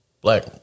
black